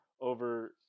over